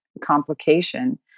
complication